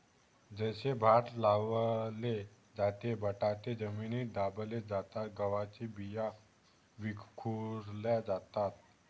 जसे भात लावले जाते, बटाटे जमिनीत दाबले जातात, गव्हाच्या बिया विखुरल्या जातात